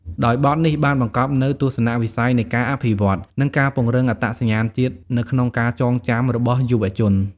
ដោយបទនេះបានបង្កប់នូវទស្សនវិស័យនៃការអភិវឌ្ឍ និងការពង្រឹងអត្តសញ្ញាណជាតិនៅក្នុងការចងចាំរបស់យុវជន។